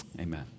Amen